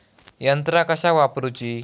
यंत्रा कशाक वापुरूची?